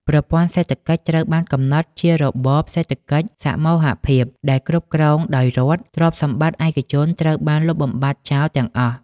ប្រព័ន្ធសេដ្ឋកិច្ចត្រូវបានកំណត់ជារបប សេដ្ឋកិច្ចសមូហភាព ដែលគ្រប់គ្រងដោយរដ្ឋ ទ្រព្យសម្បត្តិឯកជនត្រូវបានលុបបំបាត់ចោលទាំងអស់។